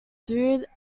judd